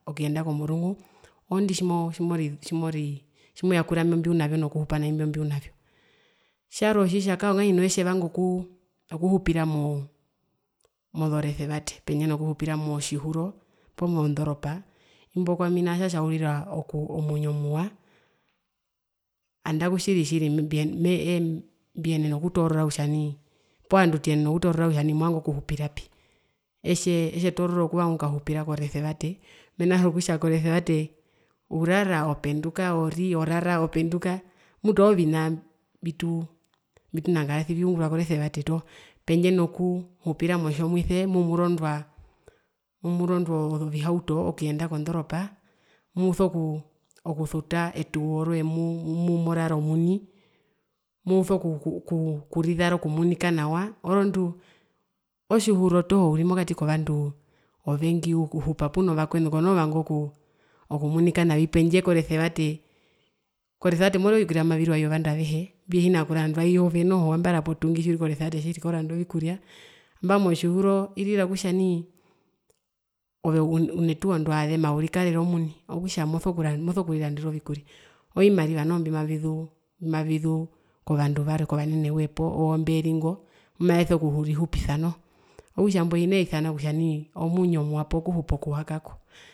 Okuyenda komurungu oondi tjimoo tjimoo tjimoyakura imbi mbiunavyo nokuhupa mwiimbi mbiunavyo, tjarwe otjitjakwao ngahino etjevanga okuu okuhupira mo mozoresevate pendje nokuhupira motjihuro poomozondoropa imbo nao kwami otjatjaurira oku omwinyo muwa, andaku tjiri tjiri mbiyenena okutoorora kutja nai poo vandu tuyenena okutoorora kutja movanga okukahupirapi etjevanga okukahupira koresevate mena rokutja nai koresevate urara openduka ori openduka orara oiri orara openduka mutu oovina mbituu mbitunangarasi viungurwa koresevate toho pendje nokuhupira motjomuise mumurondwaa murondwa ovihauto okuyenda kondoropa musokuu kusuta etuwo roye muu muu morara omuni muso kuu kuku rizara okumunika nawa orondu otjihuro toho uri mokati kovandu ovengi uhupa puno vakwenu komoo vanga okumunika navi pendje koresevatee, koresevate mori ovikurya mbimaviriwa iyo vandu avehe mbiha kurandwa iyove noho ambara potungi tjiuri koresevate tjiri koranda ovikurya nambano motjihuro irira kutja nai une tuwo ndiwaazema urikarera omuni kutja moso moso kurirandera ovikurya ovimariva noho mbimavizu mbimavizu kovandu varwe kovanene woye poo oomberi ngo mbumaveso kurihupisa noho okutja imbo hinee isana kutja nai omwinyo muwa poo ehupo ewa kako.